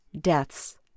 deaths